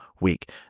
week